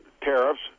tariffs